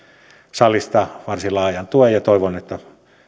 salista varsin laajan tuen ja toivon että